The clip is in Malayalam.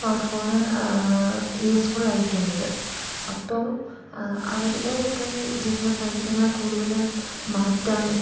സ്മാർട്ട്ഫോണ് യൂസ്ഫുള്ള് ആയിട്ടുള്ളത് അപ്പോൾ അവരുടെയൊക്കെ ജീവിത സാഹചര്യങ്ങളെ കൂടുതലും മാറ്റാനും